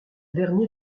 dernier